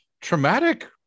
traumatic